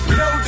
no